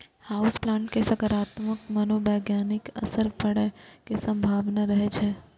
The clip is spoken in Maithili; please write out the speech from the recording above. हाउस प्लांट के सकारात्मक मनोवैज्ञानिक असर पड़ै के संभावना रहै छै